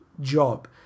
job